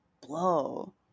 blow